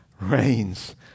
reigns